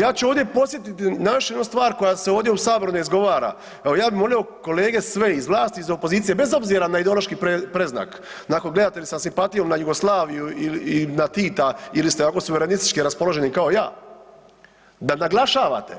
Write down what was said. Ja ću ovdje podsjetiti na još jednu stvar koja se ovdje u saboru ne izgovara, evo ja bi molio kolege sve iz vlasti i iz opozicije bez obzira na ideološki predznak, ako gledate li sa simpatijom na Jugoslaviju i na Tita ili ste ovako suverenistički raspoloženi kao ja, da naglašavate